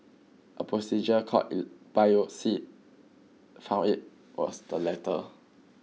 a procedure called biopsy found it was the latter